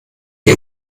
die